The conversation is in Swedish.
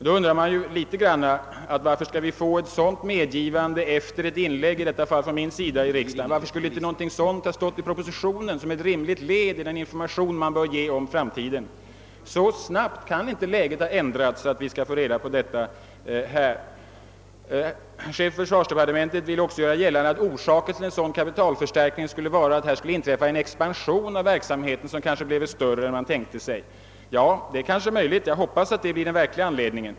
Då undrar man ju varför vi får det medgivandet efter ett inlägg här i riksdagen — i detta fall ett inlägg av mig. Varför kunde inte det ha stått i propositionen som ett rimligt led i den information man bör ge om framtiden? Så snabbt kan ju läget ändå inte ha ändrats att vi måste få reda på den saken först nu. Försvarsministern ville också göra gällande att orsaken till en sådan kapitalförstärkning då skulle vara att verksamheten expanderat mera än man tänkt sig. Det är ju möjligt. Jag hoppas att det blir den verkliga anledningen.